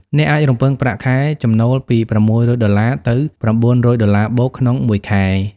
អ្នកអាចរំពឹងប្រាក់ចំណូលពី $600 ទៅ $900+ ក្នុងមួយខែ។